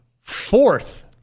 fourth